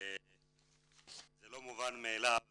זה לא מובן מאליו